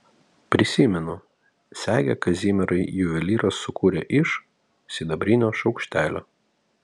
prisimenu segę kazimierai juvelyras sukūrė iš sidabrinio šaukštelio